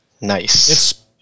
Nice